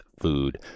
food